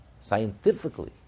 scientifically